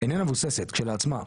איננה מבוססת כשלעצמה,